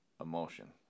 emotion